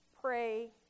pray